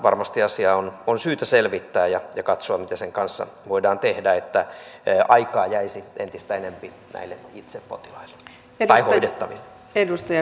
varmasti asiaa on syytä selvittää ja katsoa mitä sen kanssa voidaan tehdä että aikaa jäisi entistä enempi itse hoidettaville